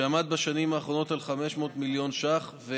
שעמד בשנים האחרונות על 500 מיליון ש"ח.